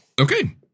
Okay